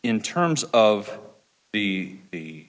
in terms of the the